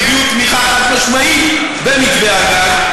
שהביעו תמיכה חד-משמעית במתווה הגז,